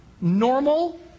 normal